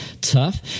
tough